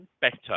better